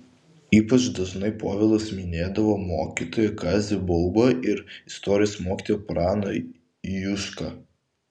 ypač dažnai povilas minėdavo mokytoją kazį baubą ir istorijos mokytoją praną jušką